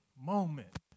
moment